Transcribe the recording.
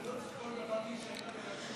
ולא צריך כל דבר להישען על היועצים המשפטיים?